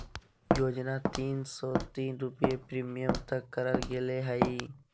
योजना तीन सो तीस रुपये प्रीमियम तय करल गेले हइ